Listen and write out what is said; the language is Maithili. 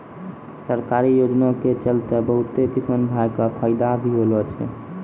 सरकारी योजना के चलतैं बहुत किसान भाय कॅ फायदा भी होलो छै